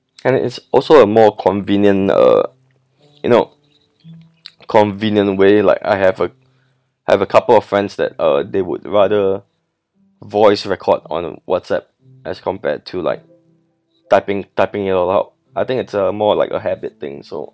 and it's also a more convenient uh you know convenient way like I have a have a couple of friends that uh they would rather voice record on whatsapp as compared to like typing typing you know a lot I think it's more like a habit thing so